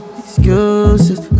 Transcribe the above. excuses